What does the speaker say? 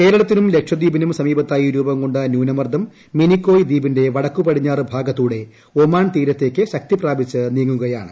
കേരളത്തിനും ലക്ഷദ്വീപിനും സമീപത്തായി രൂപംകൊണ്ട ന്യൂനമർദ്ദം മിനിക്കോയ് ദ്വീപിന്റെ വടക്ക് പ്രിട്ടിഞ്ഞാറ് ഭാഗത്തിലൂടെ ഒമാൻ തീരത്തേക്ക് ശക്തിപ്രാപിച്ച് നീങ്ങുക്യാണ്